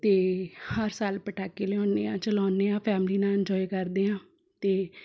ਅਤੇ ਹਰ ਸਾਲ ਪਟਾਕੇ ਲਿਆਉਂਦੇ ਹਾਂ ਚਲਾਉਂਦੇ ਹਾਂ ਫੈਮਲੀ ਨਾਲ਼ ਇੰਜੋਏ ਕਰਦੇ ਹਾਂ ਅਤੇ